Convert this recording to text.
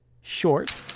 short